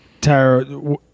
Tara